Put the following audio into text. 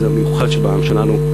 זה המיוחד שבעם שלנו,